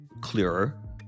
clearer